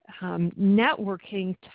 networking